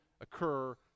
occur